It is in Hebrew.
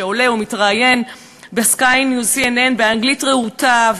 שעולה ומתראיין ב"Sky News" וב-CNN באנגלית רהוטה,